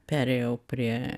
perėjau prie